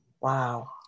Wow